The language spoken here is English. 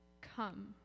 come